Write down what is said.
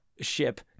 Ship